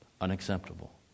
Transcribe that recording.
Unacceptable